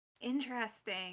interesting